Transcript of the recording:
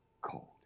cold